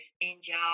India